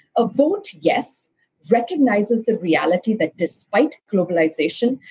a vote yes recognizes the reality that, despite globalization,